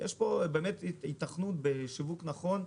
אלא יש פה היתכנות בשיווק נכון.